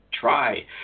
Try